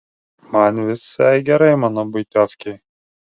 man visai gerai mano buitovkėj